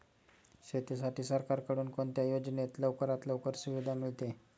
शेतीसाठी सरकारकडून कोणत्या योजनेत लवकरात लवकर सुविधा मिळते?